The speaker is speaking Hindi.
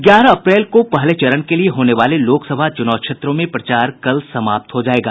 ग्यारह अप्रैल को पहले चरण के लिये होने वाले लोकसभा चूनाव क्षेत्रों में प्रचार कल समाप्त हो जायेगा